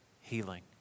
healing